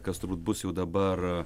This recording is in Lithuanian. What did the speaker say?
kas turbūt bus jau dabar